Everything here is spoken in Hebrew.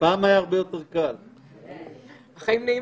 14:45 חברים.